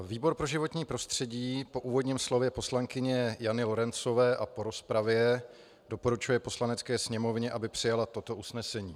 Výbor pro životní prostředí po úvodním slově poslankyně Jany Lorencové a po rozpravě doporučuje Poslanecké sněmovně, aby přijala toto usnesení: